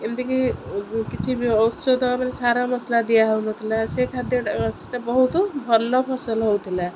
ଏମିତିକି କିଛି ଔଷଧ ମାନେ ସାର ମସଲା ଦିଆ ହେଉନଥିଲା ସେ ଖାଦ୍ୟଟା ସେଇଟା ବହୁତ ଭଲ ଫସଲ ହେଉଥିଲା